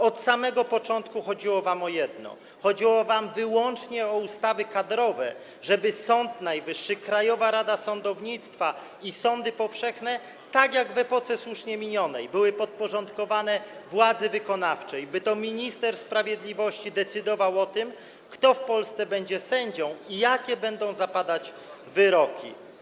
Od samego początku chodziło wam o jedno, chodziło wam wyłącznie o ustawy kadrowe, żeby Sąd Najwyższy, Krajowa Rada Sądownictwa i sądy powszechne, tak jak w epoce słusznie minionej, były podporządkowane władzy wykonawczej, by to minister sprawiedliwości decydował o tym, kto w Polsce będzie sędzią i jakie będą zapadać wyroki.